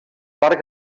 parc